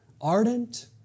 ardent